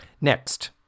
Next